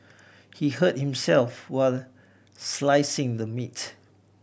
he hurt himself while slicing the meat